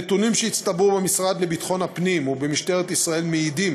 הנתונים שהצטברו במשרד לביטחון הפנים ובמשטרת ישראל מעידים